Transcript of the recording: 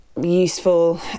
Useful